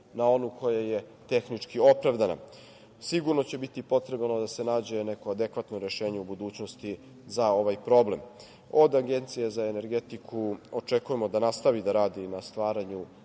na onu koja je tehnički opravdana. Sigurno će biti potrebno da se nađe neko adekvatno rešenje u budućnosti za ovaj problem. Od Agencije za energetiku očekujemo da nastavi da radi na stvaraju